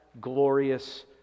glorious